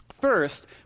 first